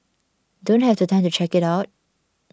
don't have the time to check it out